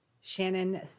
Shannon